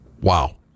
Wow